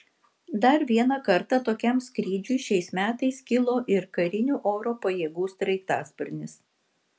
dar vieną kartą tokiam skrydžiui šiais metais kilo ir karinių oro pajėgų sraigtasparnis